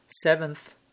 seventh